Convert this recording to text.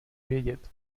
vědět